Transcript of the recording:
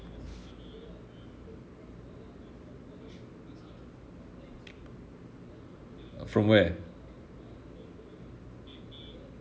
from where